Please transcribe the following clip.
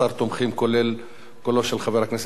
כולל קולו של חבר הכנסת מטלון,